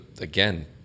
again